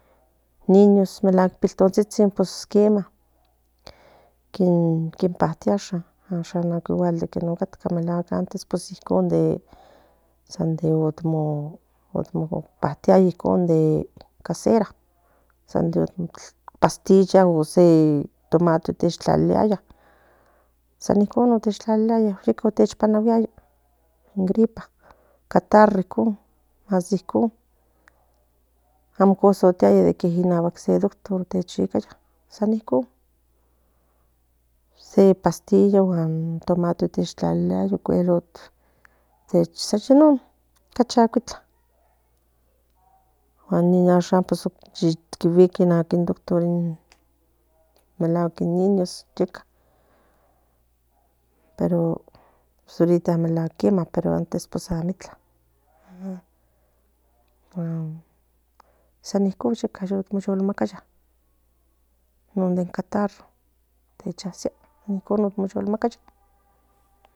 Niñoa versa in pipiltontsitsin ashan nipactoa icon de san de omo pactiaya non de casera non de pastilla se tomate tlaliaba yeka nechpanaruaya san icon amo cosa tiaya se doctor san icon se pastilla se tomate tlaliaba san yenon casi amo itla guan non ashan ye guika se doctor melaguack in niños yeka pero ahorita melack antes amitla sam ikom non de catarro techikia non yolmakiaya